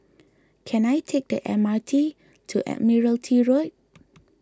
can I take the M R T to Admiralty Road